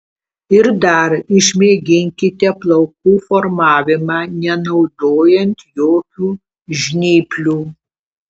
ir dar išmėginkite plaukų formavimą nenaudojant jokių žnyplių